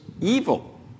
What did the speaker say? evil